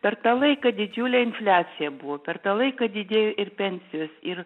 per tą laiką didžiulė infliacija buvo per tą laiką didėjo ir pensijos ir